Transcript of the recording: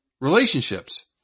relationships